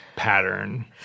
pattern